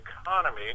economy